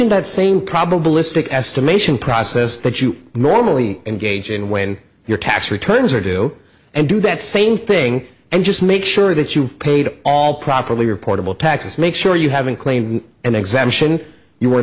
in that same probabilistic estimation process that you normally engage in when your tax returns are due and do that same thing and just make sure that you've paid all properly reportable taxes make sure you haven't claimed and exemption you were